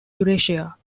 eurasia